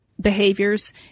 behaviors